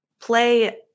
play